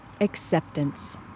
acceptance